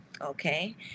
Okay